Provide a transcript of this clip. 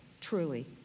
truly